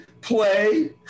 play